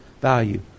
value